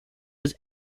was